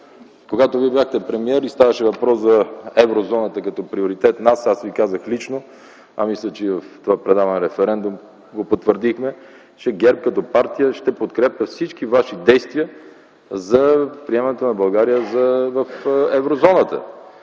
когато Вие бяхте премиер и ставаше въпрос за Еврозоната като приоритет аз Ви казах лично, а мисля, че и в предаването „Референдум” го потвърдихме, че ГЕРБ като партия ще подкрепя всички Ваши действия за приемането на България в Еврозоната.